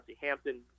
Hampton